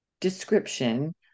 description